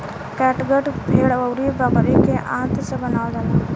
catgut भेड़ अउरी बकरी के आंत से बनावल जाला